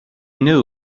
knew